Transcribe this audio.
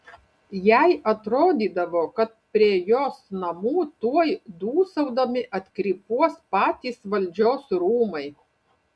jai atrodydavo kad prie jos namų tuoj dūsaudami atkrypuos patys valdžios rūmai